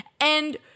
And-